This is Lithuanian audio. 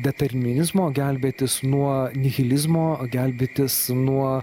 determinizmo gelbėtis nuo nihilizmo gelbėtis nuo